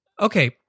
Okay